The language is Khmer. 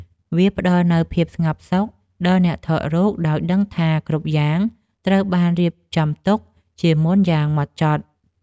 វាផ្ដល់នូវភាពស្ងប់សុខដល់អ្នកថតរូប ដោយដឹងថាគ្រប់យ៉ាងត្រូវបានរៀបចំទុកជាមុនយ៉ាងហ្មត់ចត់។